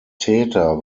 täter